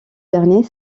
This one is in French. dernier